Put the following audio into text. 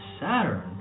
saturn